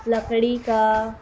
لکڑی کا